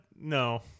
No